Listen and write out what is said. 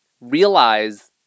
realize